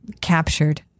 captured